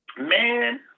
man